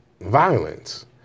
violence